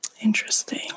Interesting